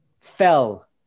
fell